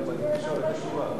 נתקבל.